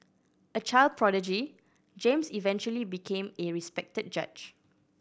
a child prodigy James eventually became a respected judge